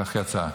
כך יצא.